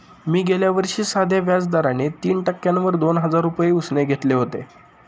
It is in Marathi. मी गेल्या वर्षी साध्या व्याज दराने तीन टक्क्यांवर दोन हजार रुपये उसने घेतले होते